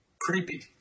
creepy